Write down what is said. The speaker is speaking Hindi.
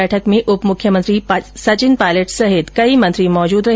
बैठक में उप मुख्यमंत्री सचिन पायलट सहित कई मंत्री मौजूद रहे